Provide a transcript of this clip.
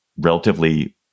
relatively